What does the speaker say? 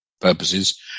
purposes